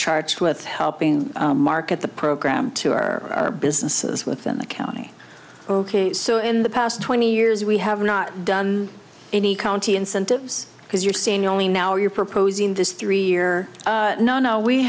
charged with helping market the program to our businesses within the county so in the past twenty years we have not done any county incentives because you're seeing only now you're proposing this three year no no we